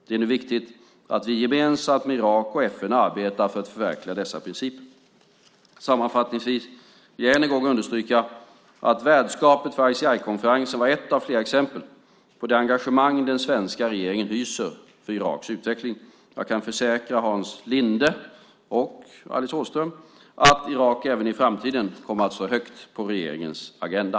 Det är nu viktigt att vi gemensamt med Irak och FN arbetar för att förverkliga dessa principer. Sammanfattningsvis vill jag än en gång understryka att värdskapet för ICI-konferensen var ett av flera exempel på det engagemang den svenska regeringen hyser för Iraks utveckling. Jag kan försäkra Hans Linde och Alice Åström att Irak även i framtiden kommer att stå högt på regeringens agenda.